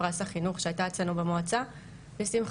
פרס החינוך שהייתה אצלנו במועצה לשמחתנו.